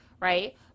Right